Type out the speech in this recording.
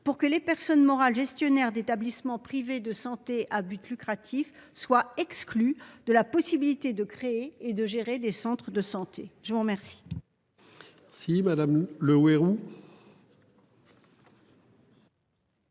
pour que les personnes morales gestionnaires d'établissements privés de santé à buts lucratifs soient exclus de la possibilité de créer et de gérer des centres de santé, je vous remercie.